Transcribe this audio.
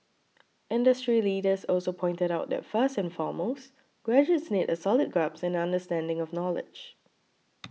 industry leaders also pointed out that first and foremost graduates need a solid grasp and understanding of knowledge